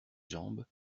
jambes